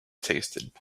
tasted